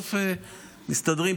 ובסוף מסתדרים,